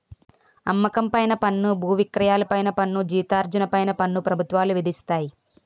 అమ్మకం పైన పన్ను బువిక్రయాల పన్ను జీతార్జన పై పన్ను ప్రభుత్వాలు విధిస్తాయి